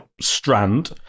Strand